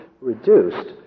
reduced